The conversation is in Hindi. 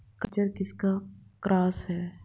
खच्चर किसका क्रास है?